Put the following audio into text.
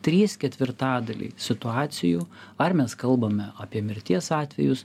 trys ketvirtadaliai situacijų ar mes kalbame apie mirties atvejus